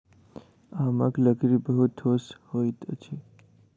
आमक लकड़ी बहुत ठोस होइत अछि